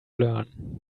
learn